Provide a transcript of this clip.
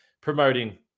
promoting